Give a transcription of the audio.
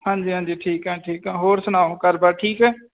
ਹਾਂਜੀ ਹਾਂਜੀ ਠੀਕ ਹੈ ਠੀਕ ਹੈ ਹੋਰ ਸੁਣਾਓ ਘਰ ਬਾਰ ਠੀਕ ਹੈ